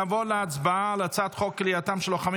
נעבור להצבעה על הצעת חוק כליאתם של לוחמים